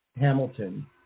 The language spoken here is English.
Hamilton